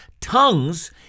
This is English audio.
tongues